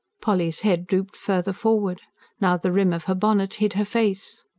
polly's head drooped further forward now, the rim of her bonnet hid her face.